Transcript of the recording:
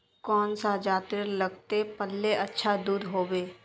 कौन सा जतेर लगते पाल्ले अच्छा दूध होवे?